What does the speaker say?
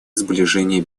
сближение